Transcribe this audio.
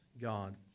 God